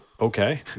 okay